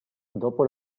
dopo